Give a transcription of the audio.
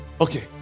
Okay